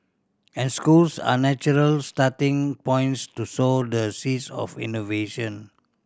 and schools are natural starting points to sow the seeds of innovation